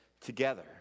together